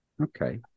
Okay